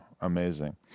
Amazing